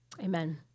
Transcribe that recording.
amen